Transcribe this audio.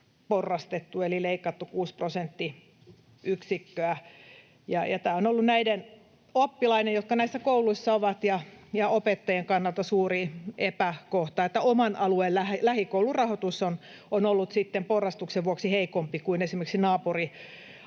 eli leikattu kuusi prosenttiyksikköä. Tämä on ollut näiden oppilaiden, jotka näissä kouluissa ovat, ja opettajien kannalta suuri epäkohta, että oman alueen lähikoulurahoitus on ollut sitten porrastuksen vuoksi heikompi kuin esimerkiksi naapurialueella.